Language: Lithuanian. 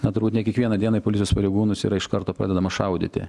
na turbūt ne kiekvieną dieną į policijos pareigūnus yra iš karto pradedama šaudyti